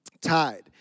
tied